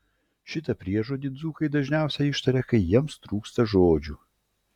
šitą priežodį dzūkai dažniausiai ištaria kai jiems trūksta žodžių